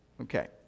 Okay